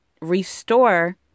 restore